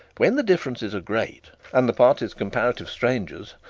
when the differences are great, and the parties comparative strangers,